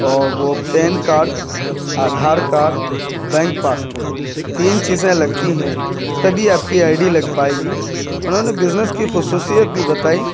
اور وہ pan card Aadhaar card bank passbook تین چیزیں لگتی ہیں تبھی آپ کی آئی ڈی لگ پائے گی انہوں نے بزنس کی خصوصیت بھی بتائی